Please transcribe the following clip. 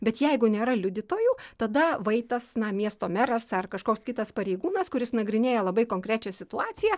bet jeigu nėra liudytojų tada vaitas na miesto meras ar kažkoks kitas pareigūnas kuris nagrinėja labai konkrečią situaciją